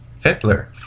Hitler